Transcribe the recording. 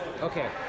Okay